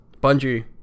Bungie